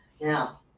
Now